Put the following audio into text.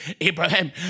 Abraham